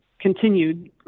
continued